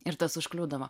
ir tas užkliūdavo